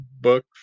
book